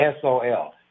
SOL